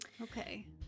Okay